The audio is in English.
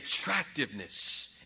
attractiveness